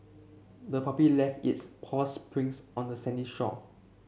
the puppy left its paws prints on the sandy shore